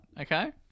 Okay